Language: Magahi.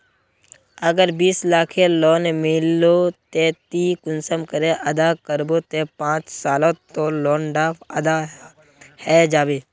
अगर बीस लाखेर लोन लिलो ते ती कुंसम करे अदा करबो ते पाँच सालोत तोर लोन डा अदा है जाबे?